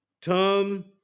Tom